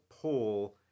pull